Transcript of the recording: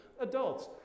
Adults